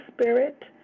Spirit